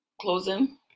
closing